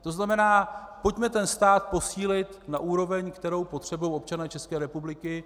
To znamená, pojďme ten stát posílit na úroveň, kterou potřebují občané České republiky.